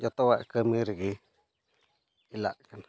ᱡᱚᱛᱚᱣᱟᱜ ᱠᱟᱹᱢᱤ ᱨᱮᱜᱮ ᱮᱞᱟᱜ ᱠᱟᱱᱟ